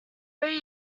three